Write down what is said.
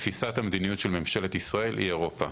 תפיסת המדיניות של ממשלת ישראל היא אירופה.